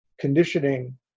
conditioning